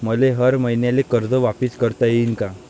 मले हर मईन्याले कर्ज वापिस करता येईन का?